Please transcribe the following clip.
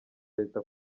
leta